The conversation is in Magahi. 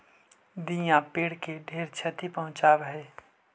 दियाँ पेड़ के ढेर छति पहुंचाब हई